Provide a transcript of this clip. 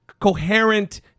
coherent